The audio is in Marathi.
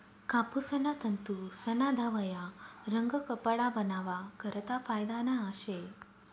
कापूसना तंतूस्ना धवया रंग कपडा बनावा करता फायदाना शे